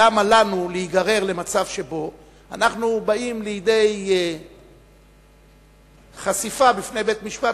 למה לנו להיגרר למצב שבו אנחנו באים לידי חשיפה בפני בית-משפט